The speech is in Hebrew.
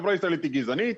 החברה הישראלית היא גזענית,